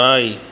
நாய்